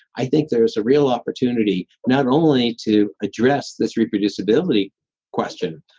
i think there's a real opportunity, not only to address this reproducibility question,